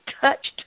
touched